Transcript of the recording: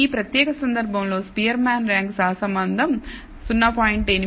ఈ ప్రత్యేక సందర్భం లో స్పియర్మాన్ ర్యాంక్ సహసంబంధం 0